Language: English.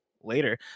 later